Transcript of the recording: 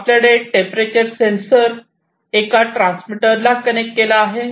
आपल्याकडे temperature sensor एका ट्रान्समीटरला कनेक्ट केला आहे